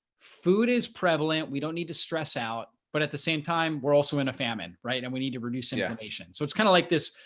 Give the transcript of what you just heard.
food is prevalent, we don't need to stress out but at the same time, we're also in a famine, right? and we need to reduce inflammation. so it's kind of like this.